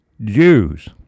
Jews